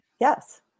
yes